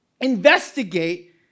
investigate